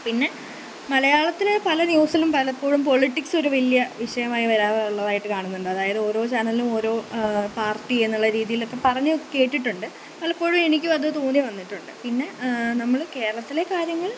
പിന്നെ മലയാളത്തിലെ പല ന്യൂസിലും പലപ്പോഴും പൊളിട്ടിക്സ് ഒരു വലിയ വിഷയമായി വരാറുള്ളതായിട്ട് കാണുന്നുണ്ട് അതായത് ഓരോ ചാനലിനും ഓരോ പാര്ട്ടി എന്നുള്ള രീതിയിലൊക്ക പറഞ്ഞു കേട്ടിട്ടുണ്ട് പലപ്പോഴും എനിക്കും അത് തോന്നി വന്നിട്ടുണ്ട് പിന്നെ നമ്മൾ കേരളത്തിലെ കാര്യങ്ങള്